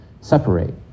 separate